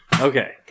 Okay